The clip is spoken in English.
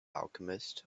alchemist